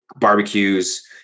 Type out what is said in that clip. barbecues